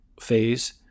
phase